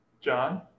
John